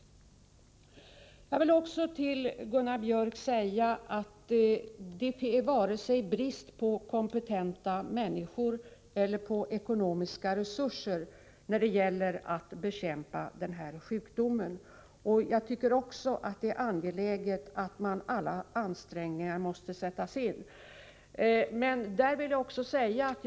Vidare vill jag säga till Gunnar Biörck att det inte är någon brist på vare sig kompetenta människor eller ekonomiska resurser när det gäller att bekämpa den här sjukdomen. Jag tycker att det är angeläget att alla ansträngningar görs i detta sammanhang.